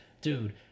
dude